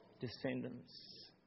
descendants